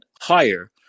higher